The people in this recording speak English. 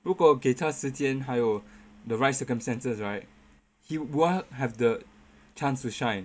如果给他时间还有 the right circumstances right he will have the chance to shine